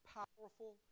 powerful